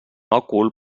òcul